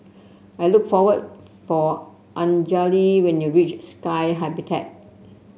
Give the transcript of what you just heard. look for for Anjali when you reach Sky Habitat